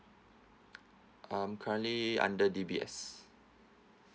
um currently under D_B_S